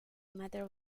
matter